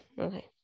okay